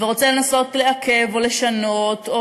ורוצה לנסות לעכב או לשנות,